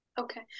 Okay